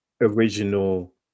original